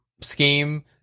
scheme